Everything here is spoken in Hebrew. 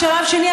בשלב שני,